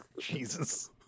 jesus